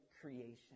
creation